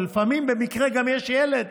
ולפעמים במקרה גם יש ילד.